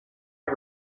you